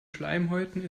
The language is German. schleimhäuten